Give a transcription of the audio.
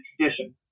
tradition